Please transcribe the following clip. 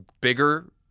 bigger